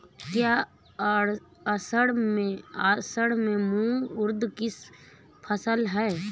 क्या असड़ में मूंग उर्द कि फसल है?